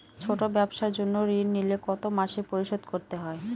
ছোট ব্যবসার জন্য ঋণ নিলে কত মাসে পরিশোধ করতে হয়?